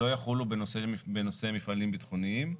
לא יחולו בנושא מפעלים ביטחוניים.